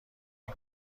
این